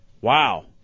Wow